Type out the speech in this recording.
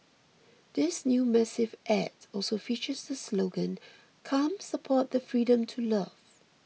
this new massive add also features the slogan come support the freedom to love